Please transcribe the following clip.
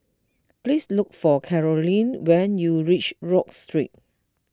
please look for Caroline when you reach Rodyk Street